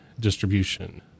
Distribution